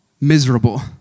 miserable